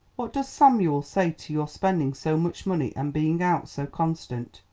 what does samuel say to your spending so much money and being out so constant?